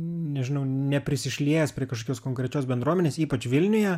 nežinau neprisišliejęs prie kažkokios konkrečios bendruomenės ypač vilniuje